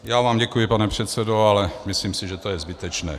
Já vám děkuji, pane předsedo, ale myslím si, že to je zbytečné.